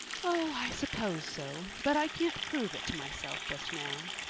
oh, i suppose so. but i can't prove it to myself just now.